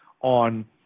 on